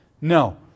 No